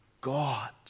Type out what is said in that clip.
God